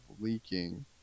leaking